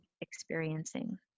experiencing